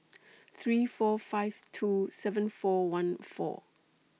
three four five two seven four one four